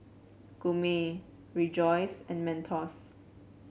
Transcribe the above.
Gourmet Rejoice and Mentos